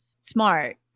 smart